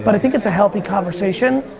but i think it's a healthy conversation.